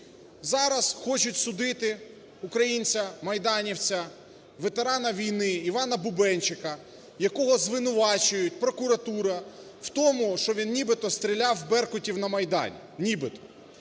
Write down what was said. Зараз хочуть судити українця, майданівця, ветерана війни Івана Бубенчика, якого звинувачує прокуратура в тому, що він нібито стріляв в беркутів на Майдані. Нібито!